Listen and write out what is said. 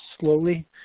slowly